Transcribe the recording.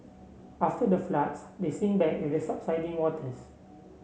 after the floods they sink back with the subsiding waters